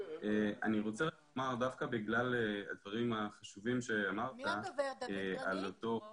דווקא בגלל הדברים החשובים שאמרת אני רוצה